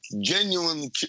genuine